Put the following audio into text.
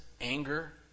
anger